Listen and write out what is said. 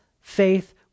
faith